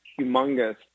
humongous